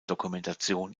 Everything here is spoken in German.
dokumentation